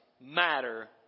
matter